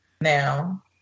now